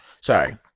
Sorry